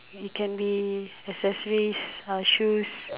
it can be accessories uh shoes